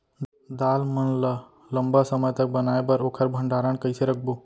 दाल मन ल लम्बा समय तक बनाये बर ओखर भण्डारण कइसे रखबो?